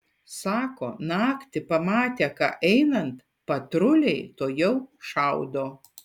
sako naktį pamatę ką einant patruliai tuojau šaudo